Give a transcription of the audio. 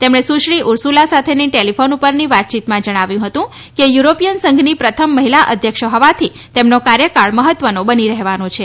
તેમણે સુશ્રી ઉર્સુલા સાથેની ટેલીફોન પરની વાતયીતમાં જણાવ્યું હતું કે યુરોપીયન સંઘની પ્રથમ મહિલા અધ્યક્ષ હોવાથી તેમનો કાર્યકાળ મહત્વનો બની રહેવાનો છે